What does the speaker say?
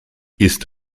ist